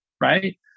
right